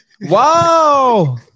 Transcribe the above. Wow